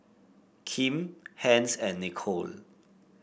Kim Hence and Nicolle